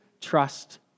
trust